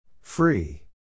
Free